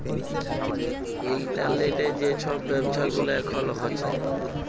ইলটারলেটে যে ছব ব্যাব্ছা গুলা এখল হ্যছে